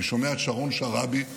אני שומע את שרון שרעבי מספר,